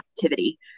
activity